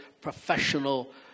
professional